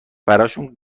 براشون